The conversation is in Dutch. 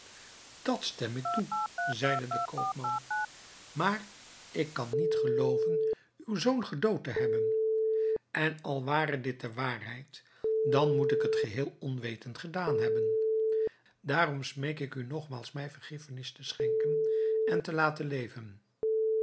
dat stem ik toe zeide de koopman maar ik kan niet gelooven uw zoon gedood te hebben en al ware dit de waarheid dan moet ik het geheel onwetend gedaan hebben daarom smeek ik u nogmaals mij vergiffenis te schenken en te laten leven